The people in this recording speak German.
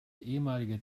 ehemalige